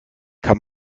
kann